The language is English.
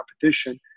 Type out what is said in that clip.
competition